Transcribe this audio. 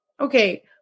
okay